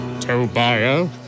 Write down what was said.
Tobiah